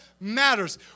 matters